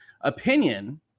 Opinion